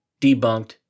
Debunked